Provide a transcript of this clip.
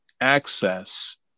access